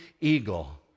eagle